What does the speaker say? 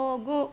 ಹೋಗು